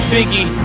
Biggie